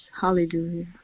Hallelujah